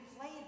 play